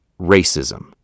racism